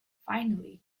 finally